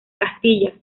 castilla